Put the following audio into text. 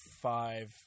five